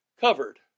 covered